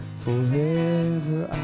forever